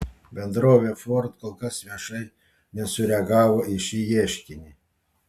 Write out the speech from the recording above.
bendrovė ford kol kas viešai nesureagavo į šį ieškinį